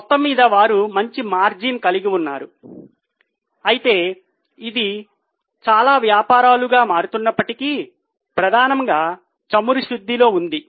మొత్తంమీద వారు మంచి మార్జిన్ కలిగి ఉన్నారు అయితే ఇది చాలా వ్యాపారాలుగా మారుతున్నప్పటికీ ప్రధానంగా చమురు శుద్ధిలో ఉంది